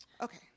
okay